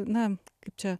na kaip čia